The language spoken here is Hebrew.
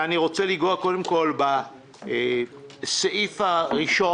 ואני רוצה לנגוע קודם כול בסעיף הראשון.